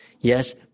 Yes